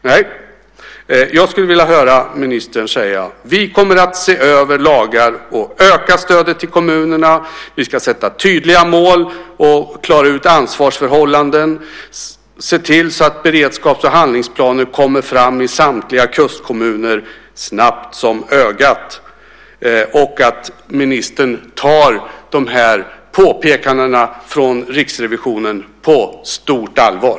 Nej, jag skulle vilja höra ministern säga: Vi kommer att se över lagar och öka stödet till kommunerna. Vi ska sätta tydliga mål och klara ut ansvarsförhållanden. Vi ska se till att beredskaps och handlingsplaner kommer fram i samtliga kustkommuner snabbt som ögat. Jag skulle också vilja att ministern tar de här påpekandena från Riksrevisionen på stort allvar.